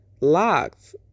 locked